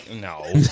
no